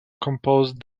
composed